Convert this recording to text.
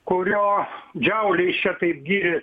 kurio džiauliais čia taip gyrės